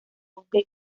bosques